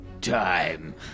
time